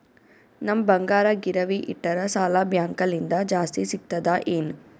ನಮ್ ಬಂಗಾರ ಗಿರವಿ ಇಟ್ಟರ ಸಾಲ ಬ್ಯಾಂಕ ಲಿಂದ ಜಾಸ್ತಿ ಸಿಗ್ತದಾ ಏನ್?